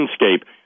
landscape